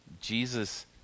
Jesus